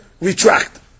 retract